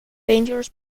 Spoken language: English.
dangerous